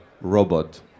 robot